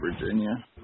Virginia